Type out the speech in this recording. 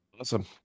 Awesome